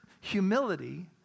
humility